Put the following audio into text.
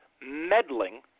meddling